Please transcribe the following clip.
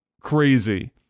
crazy